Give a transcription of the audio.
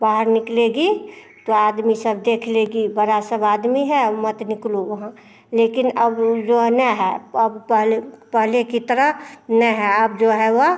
बाहर निकलेगी तो आदमी सब देख लेगी बड़ा सब आदमी है औ मत निकलो वहाँ लेकिन अब ऊ जो है नहीं है अब पहले पहले की तरह नहीं है अब जो है वह